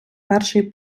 перший